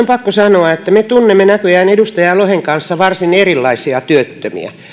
pakko sanoa että me tunnemme näköjään edustaja lohen kanssa varsin erilaisia työttömiä